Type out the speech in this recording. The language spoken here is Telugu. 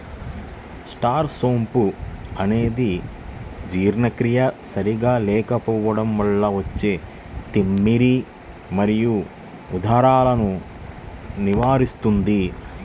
స్టార్ సోంపు అనేది జీర్ణక్రియ సరిగా లేకపోవడం వల్ల వచ్చే తిమ్మిరి మరియు ఉదరాలను నివారిస్తుంది